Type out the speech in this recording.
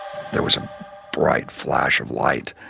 there was a bright flash of light,